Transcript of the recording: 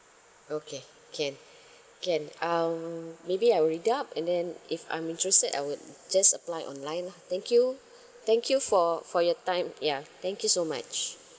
okay can can um maybe I'll read up and then if I'm interested I would just apply online lah thank you thank you for for your time yeah thank you so much